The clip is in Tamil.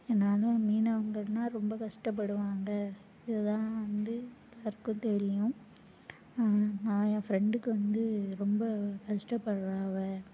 இதனால் மீனவங்கள்னா ரொம்ப கஷ்டப்படுவாங்க இதைதான் வந்து எல்லாருக்கும் தெரியும் நான் என் ஃப்ரெண்டுக்கு வந்து ரொம்ப கஷ்டப்படுறா அவ